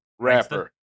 Rapper